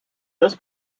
this